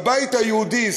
הבית היהודי,